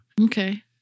Okay